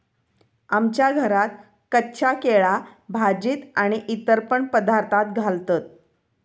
आमच्या घरात कच्चा केळा भाजीत आणि इतर पण पदार्थांत घालतत